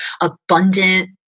abundant